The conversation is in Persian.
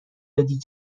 دادی